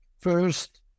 First